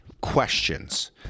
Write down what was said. questions